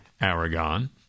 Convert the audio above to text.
Aragon